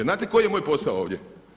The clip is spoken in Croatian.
Znate koji je moja posao ovdje?